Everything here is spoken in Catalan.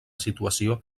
situació